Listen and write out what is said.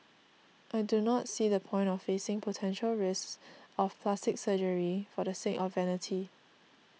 I do not see the point of facing potential risks of plastic surgery for the sake of vanity